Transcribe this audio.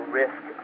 risk